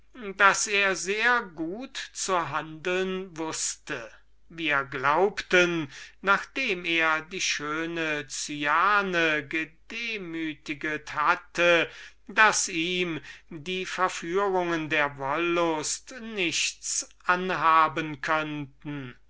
daß er sehr gut zu handeln wußte wir glaubten nachdem er die schöne cyane gedemütiget hatte daß ihm die verführungen der wollust nichts anhaben